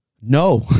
No